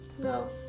no